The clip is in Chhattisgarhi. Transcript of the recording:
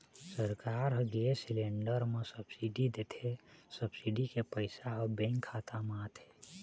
सरकार ह गेस सिलेंडर म सब्सिडी देथे, सब्सिडी के पइसा ह बेंक खाता म आथे